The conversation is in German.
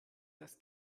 das